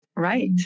Right